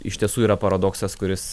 iš tiesų yra paradoksas kuris